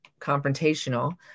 confrontational